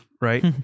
right